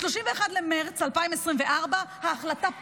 ב-31 במרץ 2024 ההחלטה פקעה,